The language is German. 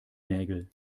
nägel